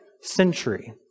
century